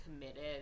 committed